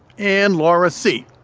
and laura c.